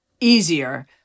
easier